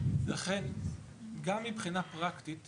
לכן גם מבחינה פרקטית